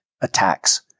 attacks